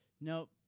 Nope